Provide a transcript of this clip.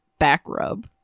Backrub